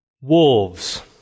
Wolves